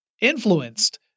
influenced